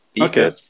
Okay